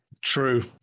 True